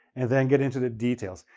and then get into the details.